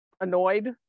annoyed